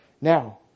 Now